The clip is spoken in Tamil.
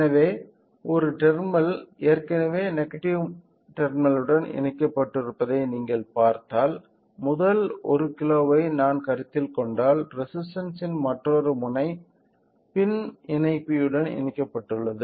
எனவே ஒரு டெர்மினல் ஏற்கனவே நெகட்டிவ் முனையத்துடன் இணைக்கப்பட்டிருப்பதை நீங்கள் பார்த்தால் முதல் 1 கிலோவை நான் கருத்தில் கொண்டால் ரெசிஸ்டன்ஸ்ன் மற்றொரு முனை பின் இணைப்பியுடன் இணைக்கப்பட்டுள்ளது